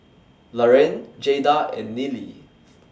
Laraine Jayda and Neely